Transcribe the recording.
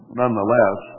nonetheless